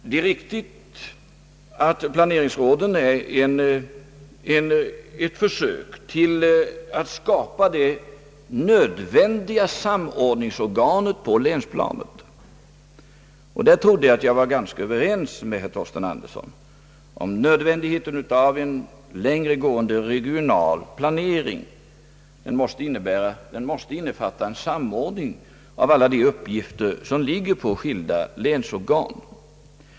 Det är riktigt att planeringsråden är ett försök att skapa det nödvändiga samordningsorganet på länsplanet, och där trodde jag att jag var ganska överens med herr Andersson om nödvändigheten av en längre gående regional planering. Denna måste innefatta en samordning av alla de uppgifter som ligger på skilda länsorgan.